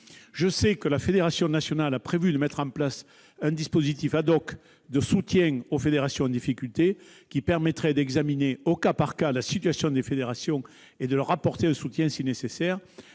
le sais, la Fédération nationale a prévu de mettre en place un dispositif de soutien aux fédérations en difficulté qui permettrait d'examiner, au cas par cas, la situation des fédérations, et de leur apporter un soutien si nécessaire.